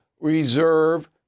reserve